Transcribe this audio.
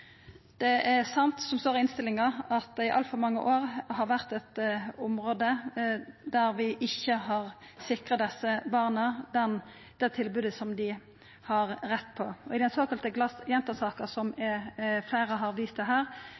Det er sant, som det står i innstillinga, at dette i altfor mange år har vore eit område der vi ikkje har sikra desse barna det tilbodet som dei har rett på. I den såkalla Glassjenta-saka, som fleire her har vist